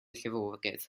llifogydd